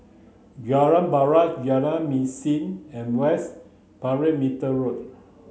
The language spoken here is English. Jalan Paras Jalan Mesin and West Perimeter Road